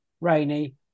rainy